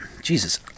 Jesus